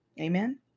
Amen